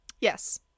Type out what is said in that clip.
Yes